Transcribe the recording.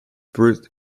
bruce